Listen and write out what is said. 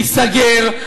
ייסגר.